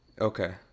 Okay